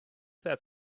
that